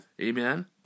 Amen